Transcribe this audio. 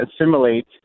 assimilate